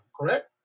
correct